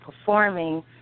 performing